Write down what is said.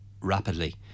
rapidly